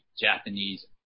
Japanese